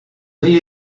you